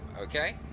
Okay